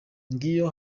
nkiyo